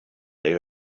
they